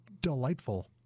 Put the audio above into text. delightful